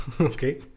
Okay